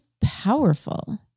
powerful